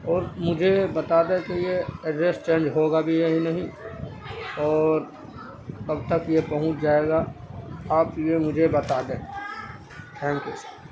اور مجھے بتا دیں کہ یہ ایڈریس چینج ہوگا بھی یا نہیں اور کب تک یہ پہنچ جائے گا آپ یہ مجھے بتا دیں تھینک یو